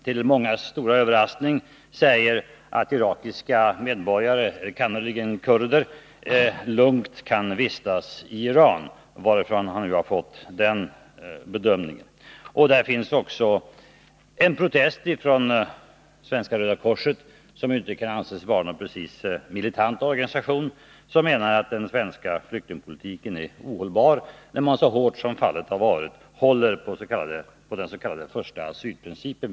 Till mångas stora överraskning sägs det där att irakiska medborgare, enkannerligen kurder, lugnt kan vistas i Iran — vad han nu grundar den bedömningen på. Det föreligger också en protest från Svenska röda korset, som ju inte precis kan anses vara en militant organisation. Man menar att den svenska flyktingpolitiken är ohållbar, när vi så hårt som varit fallet håller på den s.k. förstaasylprincipen.